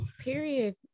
period